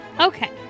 Okay